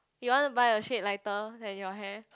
you want to buy a shade lighter than your hair